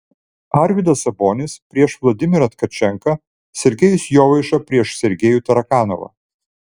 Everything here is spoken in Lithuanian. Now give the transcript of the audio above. arvydas sabonis prieš vladimirą tkačenką sergejus jovaiša prieš sergejų tarakanovą